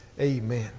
Amen